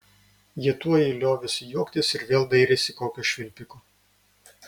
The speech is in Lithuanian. jie tuoj liovėsi juoktis ir vėl dairėsi kokio švilpiko